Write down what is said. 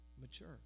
mature